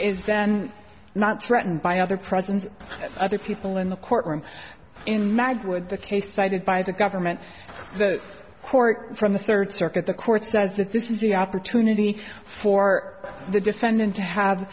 is then not threatened by other presence other people in the courtroom in mag with the case cited by the government the court from the third circuit the court says that this is the opportunity for the defendant to have